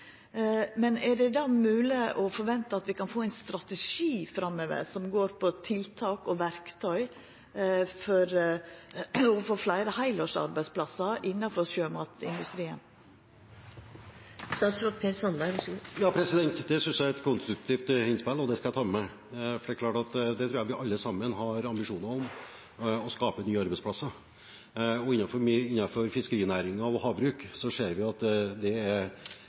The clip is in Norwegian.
Men er det då mogleg å forventa at vi kan få ein strategi framover som går på tiltak og verktøy for å få fleire heilårsarbeidsplassar innanfor sjømatindustrien? Ja, det synes jeg er et konstruktivt innspill, og det skal jeg ta med meg. Jeg tror vi alle sammen har ambisjoner om å skape nye arbeidsplasser, og vi ser at det går bra innenfor fiskerinæringen og havbruk. Og formålet ligger da også litt her i Stortinget, i sjømatindustrimeldingen, Meld. St. 10 for 2015–2016. Der er